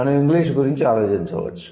మనం ఇంగ్లీష్ గురించి ఆలోచించవచ్చు